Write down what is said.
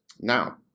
now